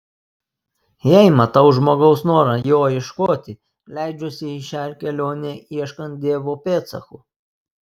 jei matau žmogaus norą jo ieškoti leidžiuosi į šią kelionę ieškant dievo pėdsakų